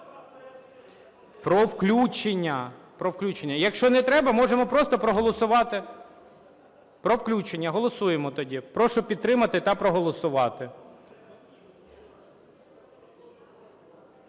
Про включення. Якщо не треба, можемо просто проголосувати. Про включення. Голосуємо тоді, прошу підтримати та проголосувати.